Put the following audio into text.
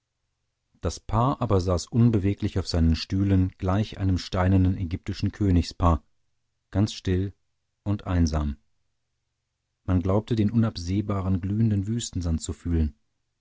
das paar aber saß unbeweglich auf seinen stühlen gleich einem steinernen ägyptischen königspaar ganz still und einsam man glaubte den unabsehbaren glühenden wüstensand zu fühlen